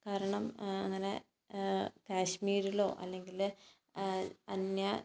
കാരണം അങ്ങനെ കാശ്മീരിലോ അല്ലെങ്കിൽ അന്യ